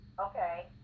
okay